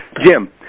Jim